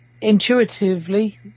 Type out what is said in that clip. intuitively